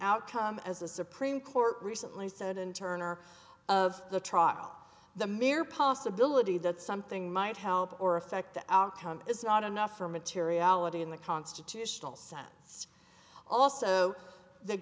outcome as the supreme court recently said in turn or of the trial the mere possibility that something might help or affect the outcome is not enough for materiality in the constitutional cents also the